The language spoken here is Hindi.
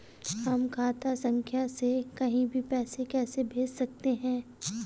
हम खाता संख्या से कहीं भी पैसे कैसे भेज सकते हैं?